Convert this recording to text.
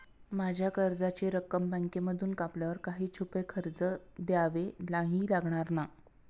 माझ्या कर्जाची रक्कम बँकेमधून कापल्यावर काही छुपे खर्च द्यावे नाही लागणार ना?